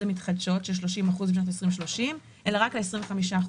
המתחדשות של 20% בשנת 2030 אלא רק ל-25%.